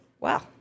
Wow